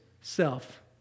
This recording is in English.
self